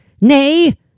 nay